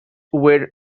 were